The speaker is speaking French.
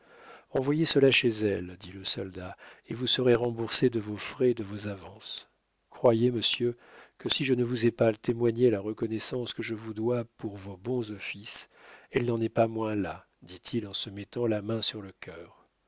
envoyez cela chez elle dit le soldat et vous serez remboursé de vos frais et de vos avances croyez monsieur que si je ne vous ai pas témoigné la reconnaissance que je vous dois pour vos bons offices elle n'en est pas moins là dit-il en se mettant la main sur le cœur